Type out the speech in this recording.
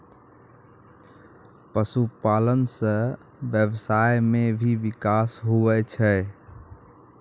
पशुपालन से व्यबसाय मे भी बिकास हुवै छै